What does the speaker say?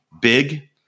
Big